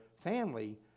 family